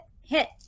hit